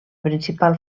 principal